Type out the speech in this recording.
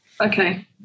Okay